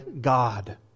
God